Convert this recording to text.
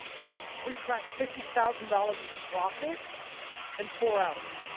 we cracked fifty thousand dollars in profit in four hours